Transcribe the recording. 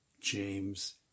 James